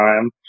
time